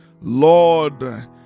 Lord